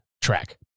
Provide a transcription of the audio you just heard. track